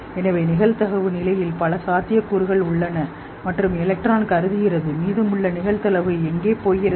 எனவே நிகழ்தகவு நிலையில் பல சாத்தியக்கூறுகள் உள்ளன மற்றும் எலக்ட்ரான் கருதுகிறது மீதமுள்ள நிகழ்தகவு எங்கே போகிறது